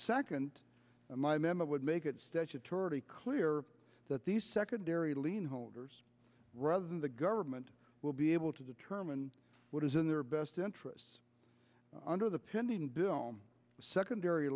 second my mema would make it statutory clear that these secondary lien holders rather than the government will be able to determine what is in their best interest under the pending bill secondary